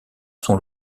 sont